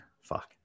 fuck